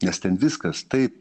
nes ten viskas taip